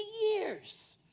years